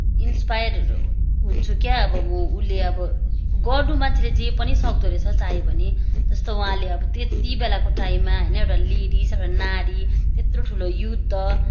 inspired हुन्छु क्या अब म उसले अब गर्नु मान्छेले जे पनि सक्दो रहेछ चाह्यो भने जस्तो उहाँले अब त्यति बेलाको टाइममा होइन एउटा लेडिज नारी त्यत्रो ठुलो युद्ध